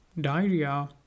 diarrhea